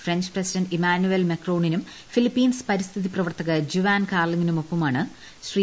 French president Emmanuel മാക്രോണിനും Philippines പരിസ്ഥിതി പ്രവർത്തക ജുവാൻ കാർലിംഗിനുമൊപ്പമാണ് ശ്രീ